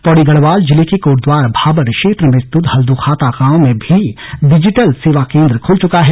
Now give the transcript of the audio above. पौड़ी गढ़वाल जिले के कोटद्वार भाबर क्षेत्र में रिथित हल्दूखाता गांव में भी डिजिटल सेवा केंद्र खुल चुका है